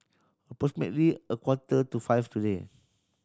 approximately a quarter to five today